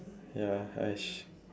ya !hais!